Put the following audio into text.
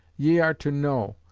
ye are to know,